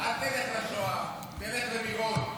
אל תלך לשואה, לך למירון.